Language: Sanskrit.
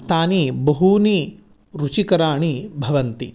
तानि बहूनि रुचिकराणि भवन्ति